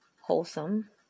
wholesome